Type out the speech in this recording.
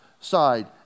side